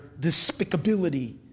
despicability